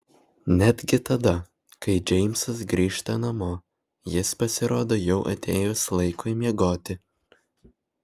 netgi tada kai džeimsas grįžta namo jis pasirodo jau atėjus laikui miegoti